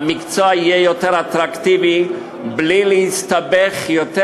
והמקצוע יהיה יותר אטרקטיבי בלי להסתבך יותר